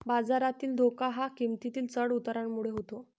बाजारातील धोका हा किंमतीतील चढ उतारामुळे होतो